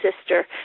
sister